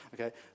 Okay